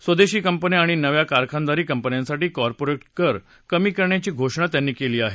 स्वदेशी कंपन्या आणि नव्या कारखानदारी कंपन्यांसाठी कार्पोरेट कर कमी करण्याची घोषणा त्यांनी केली आहे